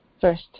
first